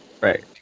Right